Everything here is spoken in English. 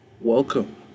welcome